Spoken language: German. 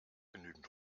genügend